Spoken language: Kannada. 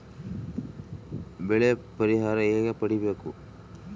ಬೆಳೆ ಪರಿಹಾರ ಹೇಗೆ ಪಡಿಬೇಕು?